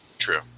true